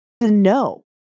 no